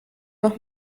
noch